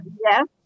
Yes